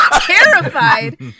terrified